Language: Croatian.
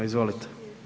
Izvolite.